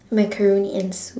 macaroni and soup